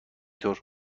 طور